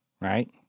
right